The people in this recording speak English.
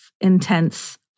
intense